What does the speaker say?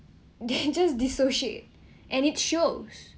they just dissociate and it shows